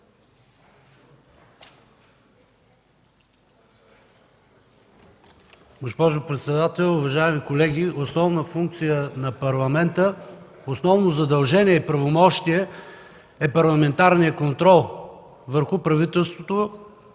Госпожо председател, уважаеми колеги! Основна функция на Парламента, основно задължение и правомощие е парламентарният контрол върху правителството,